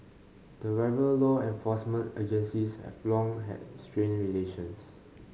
the rival law enforcement agencies have long had strained relations